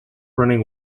running